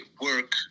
work